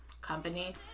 company